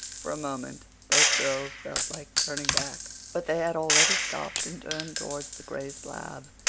for a moment both girls felt like turning back. but they had already stopped and turned towards the gray slab.